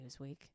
Newsweek